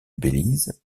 belize